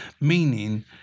Meaning